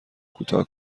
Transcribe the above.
کوتاه